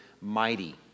Mighty